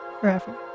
forever